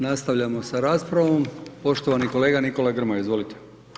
Nastavljamo s raspravom, poštovani kolega Nikola Grmoja, izvolite.